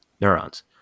neurons